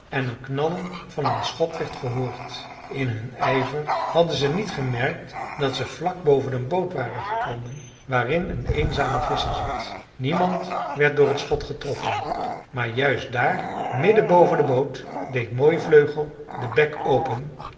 en het knallen van een schot werd gehoord in hun ijver hadden ze niet gemerkt dat ze vlak boven een boot waren gekomen waarin een eenzamen visscher zat niemand werd door het schot getroffen maar juist daar midden boven de boot deed mooivleugel den bek open